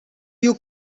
you